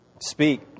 speak